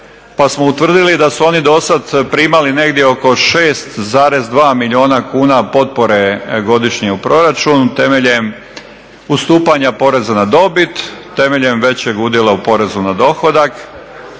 pa smo utvrdili da su oni do sad primali negdje oko 6,2 milijuna kuna potpore godišnje u proračun temeljem ustupanja poreza na dobit, temeljem većeg udjela u porezu na dohodak,